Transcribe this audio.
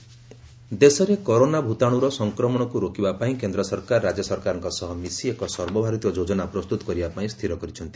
PMO corona ଦେଶରେ corona ଭୂତାଣୁର ସଂକ୍ରମଣକୁ ରୋକିବା ପାଇଁ କେନ୍ଦ୍ର ସରକାର ରାଜ୍ୟ ସରକାରଙ୍କ ସହ ମିଶି ଏକ ସର୍ବଭାରତୀୟ ଯୋଜନା ପ୍ରସ୍ତୁତ କରିବା ପାଇଁ ସ୍ଥିର କରିଛନ୍ତି